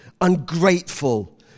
ungrateful